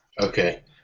Okay